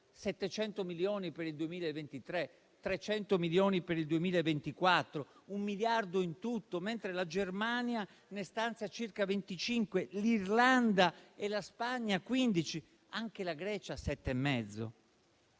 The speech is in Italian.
700 milioni per il 2023, 300 milioni per il 2024; un miliardo in tutto, mentre la Germania ne stanzia circa 25, l'Irlanda e la Spagna 15 e anche la Grecia 7,5.